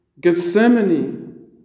Gethsemane